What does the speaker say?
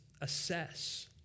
assess